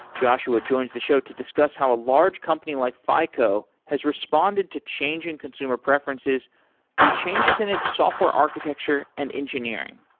joshua joins the show to discuss how a large company like fico has responded to changing consumer preferences through changes in its software architecture and engineering.